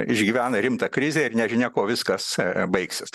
išgyvena rimtą krizę ir nežinia kuo viskas baigsis